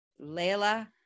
Layla